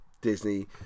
Disney